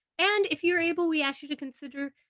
and if you're able we ask you to consider,